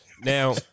Now